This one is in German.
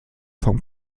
vom